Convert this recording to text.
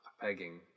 pegging